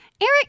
Eric